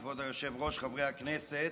כבוד היושב-ראש, חברי הכנסת,